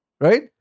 Right